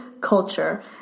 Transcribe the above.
culture